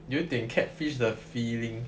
有一点 catfish 的 feeling